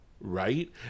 right